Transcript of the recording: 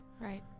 Right